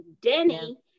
Denny